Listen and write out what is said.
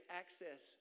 access